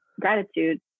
gratitude